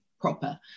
proper